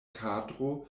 kadro